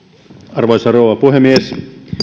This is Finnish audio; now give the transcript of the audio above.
arvoisa rouva puhemies